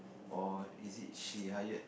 or is it she hired